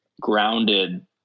grounded